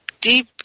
deep